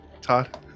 Todd